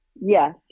Yes